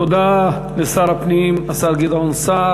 תודה לשר הפנים, השר גדעון סער.